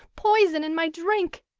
poison in my drink!